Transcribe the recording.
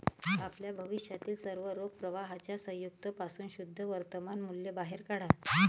आपल्या भविष्यातील सर्व रोख प्रवाहांच्या संयुक्त पासून शुद्ध वर्तमान मूल्य बाहेर काढा